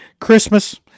Christmas